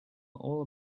all